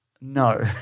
No